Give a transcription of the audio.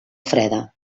freda